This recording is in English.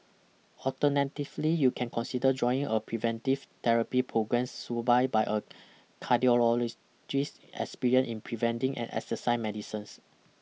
alternatively you can consider joining a preventive therapy programmes supervised by a cardiologist experienced in preventing and exercise medicines